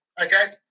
okay